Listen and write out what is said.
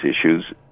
issues